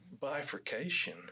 bifurcation